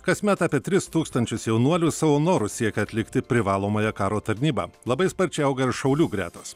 kasmet apie tris tūkstančius jaunuolių savo noru siekia atlikti privalomąją karo tarnybą labai sparčiai auga ir šaulių gretos